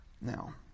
Now